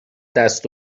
دست